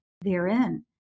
therein